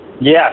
Yes